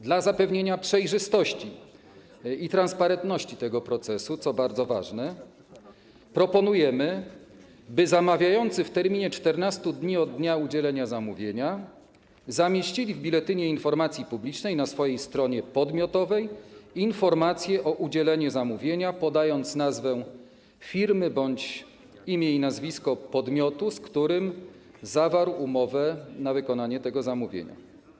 Dla zapewnienia przejrzystości i transparentności tego procesu, co bardzo ważne, proponujemy, by zamawiający w terminie 14 dni od dnia udzielenia zamówienia zamieścili w Biuletynie Informacji Publicznej na swojej stronie podmiotowej informację o udzieleniu zamówienia, podając nazwę firmy bądź imię i nazwisko podmiotu, z którymi zawarli umowę na wykonanie tego zamówienia.